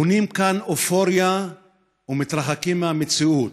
בונים כאן אופוריה ומתרחקים מהמציאות.